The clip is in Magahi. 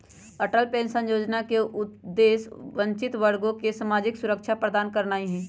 अटल पेंशन जोजना के उद्देश्य वंचित वर्गों के सामाजिक सुरक्षा प्रदान करनाइ हइ